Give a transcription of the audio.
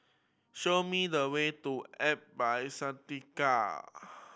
show me the way to By Santika